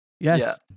Yes